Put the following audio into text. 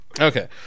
Okay